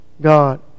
God